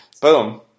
Boom